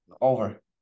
Over